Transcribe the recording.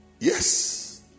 Yes